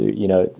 you know,